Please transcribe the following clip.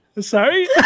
Sorry